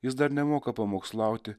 jis dar nemoka pamokslauti